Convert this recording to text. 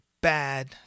bad